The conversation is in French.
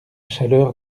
chaleur